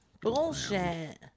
Bullshit